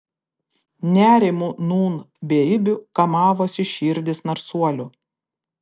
nerimu nūn beribiu kamavosi širdys narsuolių